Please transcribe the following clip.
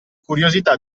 curiosità